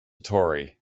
tory